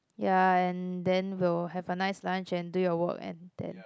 ya and then we'll have a nice lunch and do your work and then